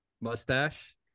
mustache